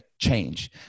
change